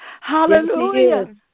Hallelujah